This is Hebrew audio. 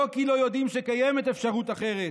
לא כי לא יודעים שקיימת אפשרות אחרת,